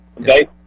Okay